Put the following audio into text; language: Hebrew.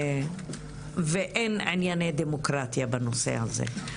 ואין ענייני דמוקרטיה בנושא הזה.